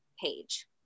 page